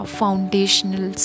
foundational